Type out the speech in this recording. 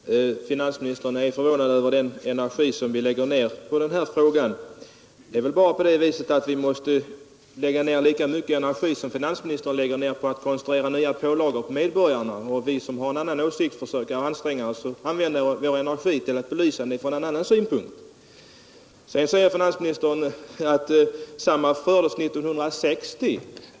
Herr talman! Finansministern är förvånad över den energi som vi lägger ner på den här frågan. Det är väl bara på det viset att vi måste lägga ner lika mycket energi som finansministern lägger ner på att konstruera nya pålagor på medborgarna. Vi som har en annan åsikt anstränger oss att belysa frågan från en annan synpunkt. Finansministern säger att samma argumentering fördes 1960.